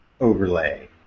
overlay